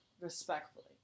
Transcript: respectfully